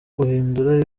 guhindura